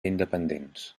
independents